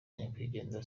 nyakwigendera